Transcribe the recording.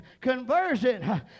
conversion